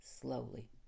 slowly